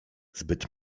zbyt